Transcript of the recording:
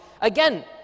Again